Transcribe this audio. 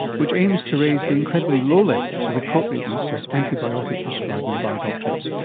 which aims to raise the incredibly low levels of appropriateness of antibiotic prescribing by doctors.